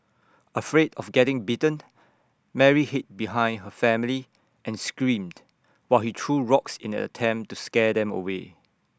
afraid of getting bitten Mary hid behind her family and screamed while he threw rocks in an attempt to scare them away